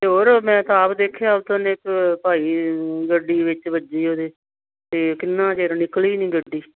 ਅਤੇ ਹੋਰ ਮੈਂ ਤਾਂ ਆਪ ਦੇਖਿਆ ਥੱਲੇ ਇੱਕ ਭਾਈ ਗੱਡੀ ਵਿੱਚ ਵੱਜੀ ਉਹਦੀ ਅਤੇ ਕਿੰਨਾ ਚਿਰ ਨਿਕਲੀ ਨਹੀਂ ਗੱਡੀ